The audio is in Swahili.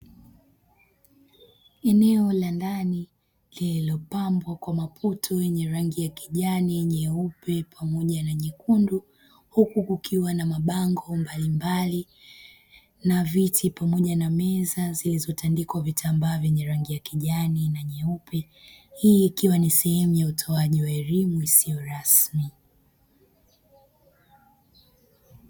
Eneo la ndani lililopabwa kwa maputo yenye rangi ya kijani, nyeupe pamoja na nyekundu. Huku kukiwa na mabango mbalimbali na viti pamoja na meza zilizotandikwa vitambaa vyenye rangi ya kijani na nyeupe. Hii ikiwa ni sehemu ya utoaji wa elimu isiyo rasmi.